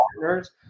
partners